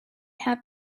have